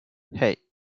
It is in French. hey